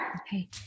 Okay